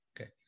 Okay